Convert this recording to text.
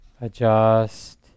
adjust